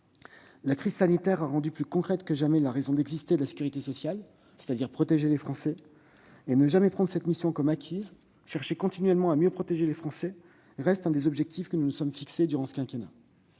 La crise sanitaire a rendu plus concrète que jamais la raison d'exister de la sécurité sociale : protéger les Français. Ne jamais prendre cette mission comme acquise, chercher continuellement à mieux protéger les Français, cela fait partie des objectifs que nous nous sommes fixés durant ce quinquennat.